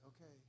okay